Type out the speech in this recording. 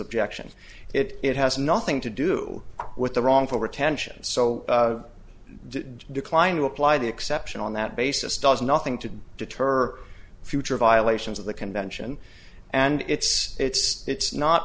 objection it has nothing to do with the wrongful retention so declined to apply the exception on that basis does nothing to deter future violations of the convention and it's it's it's not